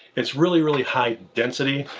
it's really, really high density,